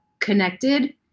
connected